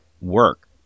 work